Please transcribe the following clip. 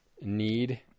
need